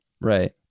Right